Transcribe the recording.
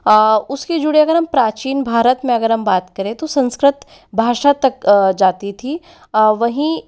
उसके जुड़े अगर हम प्राचीन भारत में अगर हम बात करें तो संस्कृत भाषा तक जाती थी वहीं